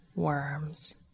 worms